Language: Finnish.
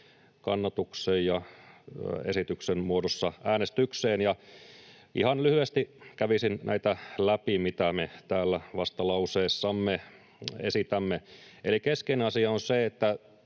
kannatuksen ja esityksen muodossa äänestykseen. Ihan lyhyesti kävisin läpi näitä, mitä me täällä vastalauseessamme esitämme. Eli keskeinen asia on se,